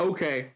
Okay